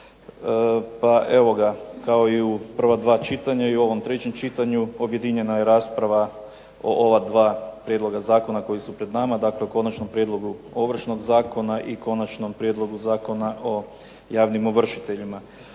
Pa evo ga, kao i u prva dva čitanja, i u ovom trećem čitanju objedinjena je rasprava o ova dva prijedloga zakona koji su pred nama, dakle u konačnom prijedlogu Ovršnog zakona i Konačnom prijedlogu Zakona o javnim ovršiteljima.